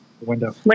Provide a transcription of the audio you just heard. Window